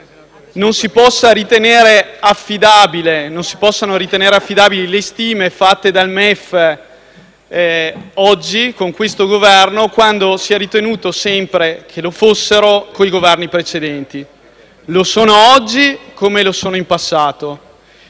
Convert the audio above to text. non si possano ritenere affidabili le stime del MEF oggi, con questo Governo, quando si è ritenuto sempre che lo fossero con i Governi precedenti. Lo sono oggi, come lo erano in passato.